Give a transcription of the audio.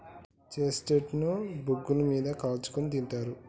chestnut ను బొగ్గుల మీద కాల్చుకుని తింటారు